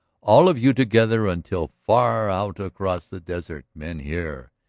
all of you together until far out across the desert men hear.